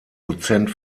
dozent